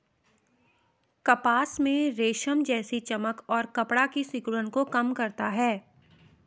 कपास में रेशम जैसी चमक और कपड़ा की सिकुड़न को कम करता है